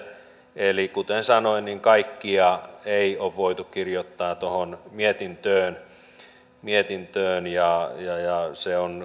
eli kuten sanoin niin kaikkia ei ole voitu kirjoittaa tuohon mietintöön ja se on kokonaiskuva